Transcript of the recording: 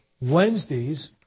Wednesdays